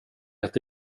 gett